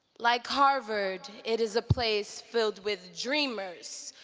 like harvard, it is a place filled with dreamers,